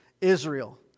Israel